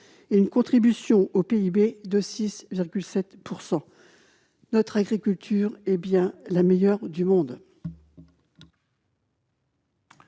et une contribution au PIB de 6,7 %. Notre agriculture est bien la meilleure du monde